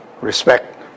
Respect